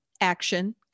action